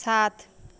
সাত